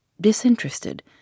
disinterested